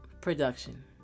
production